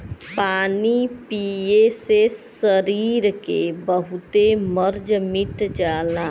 पानी पिए से सरीर के बहुते मर्ज मिट जाला